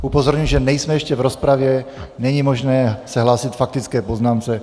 Upozorňuji, že nejsme ještě v rozpravě, není možné se hlásit k faktické poznámce.